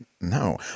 No